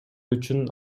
үчүн